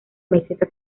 meseta